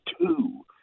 two